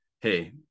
hey